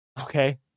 Okay